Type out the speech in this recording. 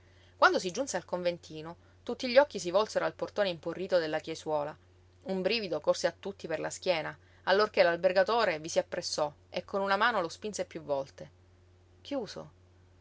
quando si giunse al conventino tutti gli occhi si volsero al portone imporrito della chiesuola un brivido corse a tutti per la schiena allorché l'albergatore vi si appressò e con una mano lo spinse piú volte chiuso